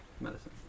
medicine